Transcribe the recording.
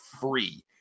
free